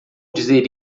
dizer